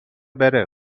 بره